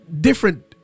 different